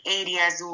areas